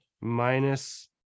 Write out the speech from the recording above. minus –